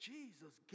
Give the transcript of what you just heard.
Jesus